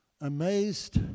Amazed